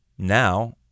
Now